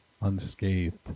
unscathed